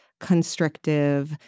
constrictive